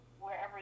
wherever